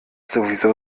sowieso